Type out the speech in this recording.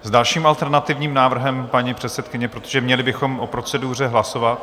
S dalším alternativním návrhem paní předsedkyně, protože měli bychom o proceduře hlasovat.